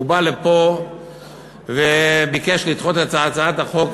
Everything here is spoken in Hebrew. הוא בא לפה וביקש לדחות את הצעת החוק